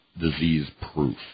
disease-proof